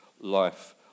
life